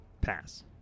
Pass